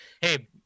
hey